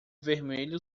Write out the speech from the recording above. vermelho